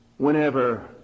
Whenever